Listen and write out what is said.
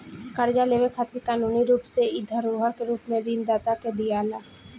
कर्जा लेवे खातिर कानूनी रूप से इ धरोहर के रूप में ऋण दाता के दियाला